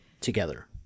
together